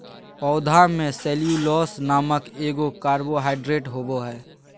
पौधा में सेल्यूलोस नामक एगो कार्बोहाइड्रेट होबो हइ